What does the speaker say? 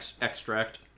extract